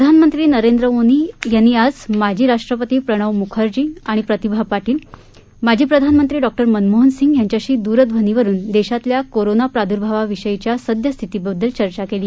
प्रधानमंत्री नरेंद्र मोदी यांनी आज माजी राष्ट्रपती प्रणव मुखर्जी आणि प्रतिभा पाटील माजी प्रधानमंत्री डॉक्टर मनमोहन सिंग यांच्याशी दूरध्वनीवरून देशातल्या कोरोना प्रादुर्भावाविषयीच्या सद्यस्थितीबद्दल चर्चा केली